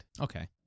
Okay